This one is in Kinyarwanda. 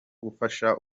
gupfusha